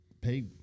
Pay